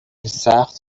سخت